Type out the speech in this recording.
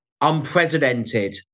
unprecedented